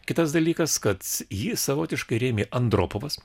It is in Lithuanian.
kitas dalykas kad jį savotiškai rėmė andropovas